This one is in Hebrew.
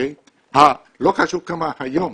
לא חשוב כמה היום,